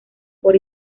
por